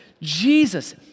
Jesus